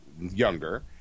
younger